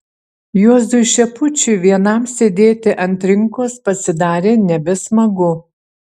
juozui šepučiui vienam sėdėti ant trinkos pasidarė nebesmagu